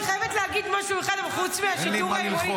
אני חייבת להגיד משהו אחד חוץ מהשיטור העירוני -- אין לי עם מה ללחוץ.